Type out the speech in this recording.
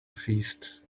feast